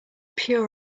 pure